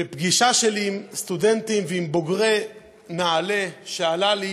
בפגישה שלי עם סטודנטים ועם בוגרי נעל"ה הייתה לי שאלה,